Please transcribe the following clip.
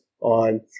on